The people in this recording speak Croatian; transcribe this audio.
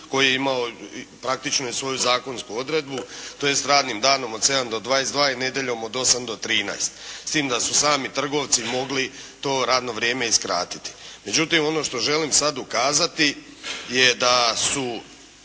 koji je imao praktično i svoju zakonsku odredbu, tj. radnim danom od 7 do 22 i nedjeljom od 8 do 13 s tim da su sami trgovci mogli to radno vrijeme i skratiti. Međutim, ono što želim sad ukazati je da su